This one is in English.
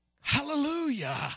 hallelujah